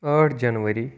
ٲٹھ جنؤری